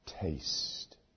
taste